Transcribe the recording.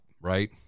right